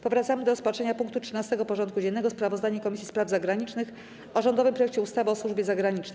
Powracamy do rozpatrzenia punktu 13. porządku dziennego: Sprawozdanie Komisji Spraw Zagranicznych o rządowym projekcie ustawy o służbie zagranicznej.